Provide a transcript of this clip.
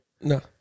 No